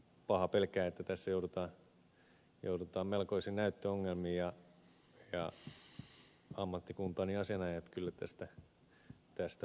pahaa pelkään että tässä joudutaan melkoisiin näyttöongelmiin ja ammattikuntani asianajajat kyllä tästä varmasti hyötyvät